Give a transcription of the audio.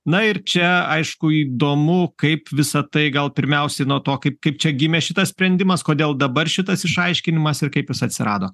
na ir čia aišku įdomu kaip visa tai gal pirmiausiai nuo to kaip kaip čia gimė šitas sprendimas kodėl dabar šitas išaiškinimas ir kaip jis atsirado